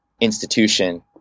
institution